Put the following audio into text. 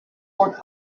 more